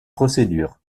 procédure